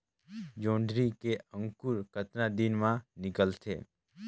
जोंदरी के अंकुर कतना दिन मां निकलथे?